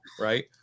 right